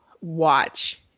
watch